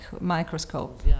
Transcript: microscope